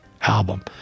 album